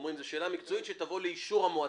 אומרים שזו שאלה מקצועית שתבוא לאישור מועצה.